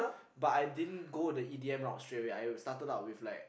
but I didn't go the E D M route straightaway I started out with like